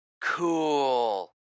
cool